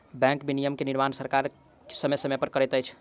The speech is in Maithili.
बैंक विनियमन के निर्माण सरकार समय समय पर करैत अछि